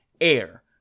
air